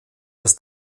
das